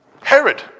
Herod